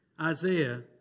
Isaiah